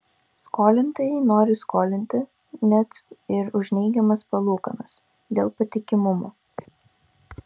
skolintojai nori skolinti net ir už neigiamas palūkanas dėl patikimumo